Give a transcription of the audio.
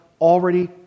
already